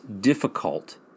difficult